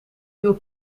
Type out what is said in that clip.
nieuwe